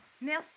Merci